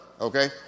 Okay